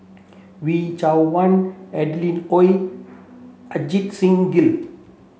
Wee Cho Adeline Ooi Ajit Singh Gill